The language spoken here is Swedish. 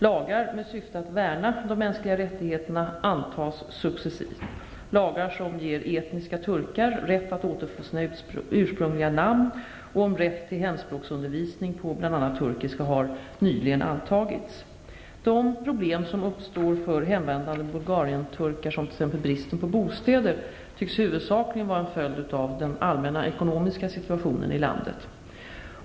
Lagar med syfte att värna de mänskliga rättigheterna antas successivt. Lagar som ger etniska turkar rätt att återfå sina ursprungliga namn och om rätt till hemspråksundervisning på bl.a. turkiska har nyligen antagits. De problem som uppstår för hemvändande bulgarienturkar, t.ex. bristen på bostäder, tycks huvudsakligen vara en följd av den allmänna ekonomiska situationen i landet.